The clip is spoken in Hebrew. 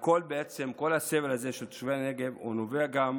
כל הסבל הזה של תושבי הנגב נובע גם